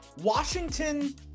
Washington